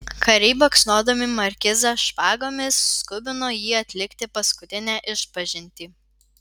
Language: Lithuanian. kariai baksnodami markizą špagomis skubino jį atlikti paskutinę išpažintį